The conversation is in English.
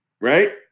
Right